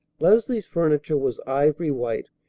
leslie's furniture was ivory-white,